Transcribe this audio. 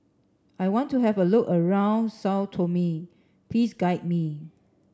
I want to have a look around Sao Tome please guide me